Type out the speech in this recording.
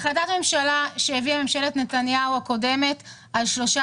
החלטת המשמהל שהביאה ממשלת נתניהו הקודמת על שלושה